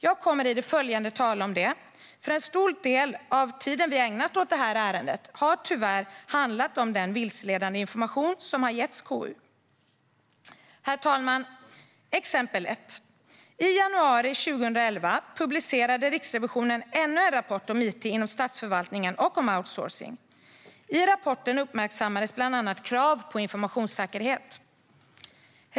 Jag kommer i det följande att tala om det, för en stor del av tiden vi ägnat åt detta ärende har tyvärr handlat om den vilseledande information som har getts KU. Herr talman! Här är exempel ett: I januari 2011 publicerade Riksrevisionen ännu en rapport om it inom statsförvaltningen och om outsourcing. I rapporten uppmärksammades bland annat krav på informationssäkerhet.